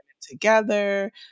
together